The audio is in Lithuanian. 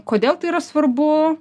kodėl tai yra svarbu